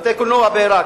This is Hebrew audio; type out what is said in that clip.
בתי-קולנוע בעירק,